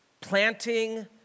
planting